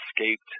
escaped